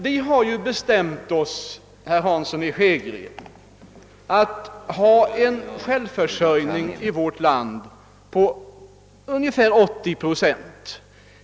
Vi har ju bestämt oss, herr Hansson i Skegrie, för att ha en självförsörjning på ungefär 80 procent i vårt land.